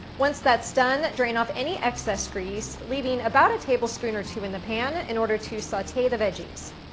once that's done, drain off any excess grease, leaving about a tablespoon or two in the pan in order to saute the veggies.